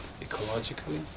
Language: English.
ecologically